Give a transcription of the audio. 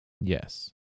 Yes